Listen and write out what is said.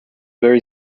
very